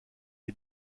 est